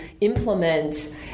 implement